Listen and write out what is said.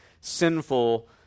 sinful